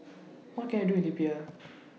What Can I Do in Libya